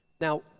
Now